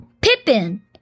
Pippin